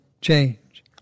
change